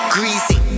Greasy